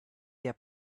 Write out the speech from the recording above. der